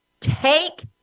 take